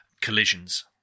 collisions